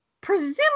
presumably